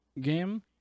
game